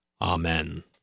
Amen